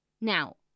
Now